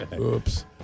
Oops